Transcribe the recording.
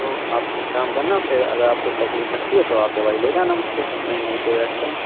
تو آپ ایک کام کرنا پھر اگر آپ کو تکلیف لگتی ہے تو آپ دوائی لے جانا مجھ سے میں یہیں پہ بیٹھتا ہوں